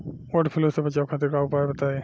वड फ्लू से बचाव खातिर उपाय बताई?